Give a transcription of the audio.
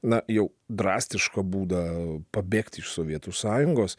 na jau drastišką būdą pabėgti iš sovietų sąjungos